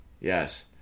Yes